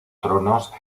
tronos